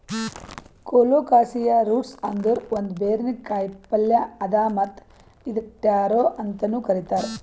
colocasia roots ಅಂದುರ್ ಒಂದ್ ಬೇರಿನ ಕಾಯಿಪಲ್ಯ್ ಅದಾ ಮತ್ತ್ ಇದುಕ್ ಟ್ಯಾರೋ ಅಂತನು ಕರಿತಾರ್